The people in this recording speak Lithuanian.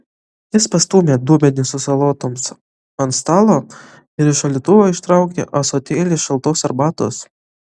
jis pastūmė dubenį su salotoms ant stalo ir iš šaldytuvo ištraukė ąsotėlį šaltos arbatos